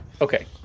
Okay